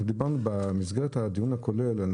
ודיברנו במסגרת הדיון הכולל,